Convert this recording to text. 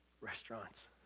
restaurants